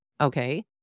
okay